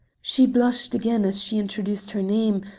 she blushed again as she introduced her name,